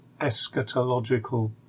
eschatological